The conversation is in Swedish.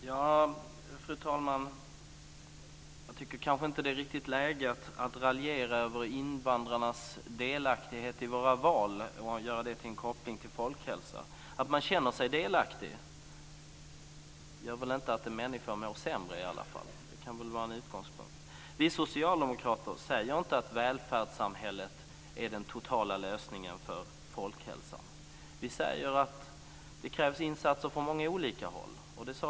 Fru talman! Jag tycker kanske inte att det riktigt är läge att raljera över invandrarnas delaktighet i våra val och koppla det till folkhälsan. Att en människa känner sig delaktig gör väl i alla fall inte att han mår sämre. Det kan väl vara en utgångspunkt. Vi socialdemokrater säger inte att välfärdssamhället är den totala lösningen för folkhälsan. Vi säger att det krävs insatser från många olika håll.